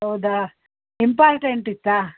ಹೌದಾ ಇಂಪಾರ್ಟೆಂಟ್ ಇತ್ತಾ